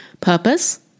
purpose